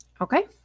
Okay